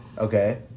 Okay